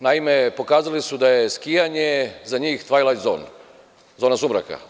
Naime, pokazali su da je skijanje za njih „tvajlajt-zon“, zona sumraka.